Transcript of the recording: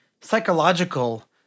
psychological